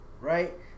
right